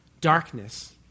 darkness